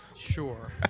Sure